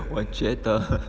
我觉得